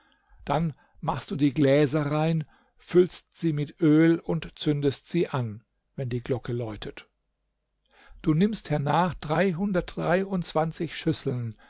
dann machst du die gläser rein füllst sie mit öl und zündest sie an wenn die glocke läutet du nimmst hernach dreihundertdreiundzwanzig schüsseln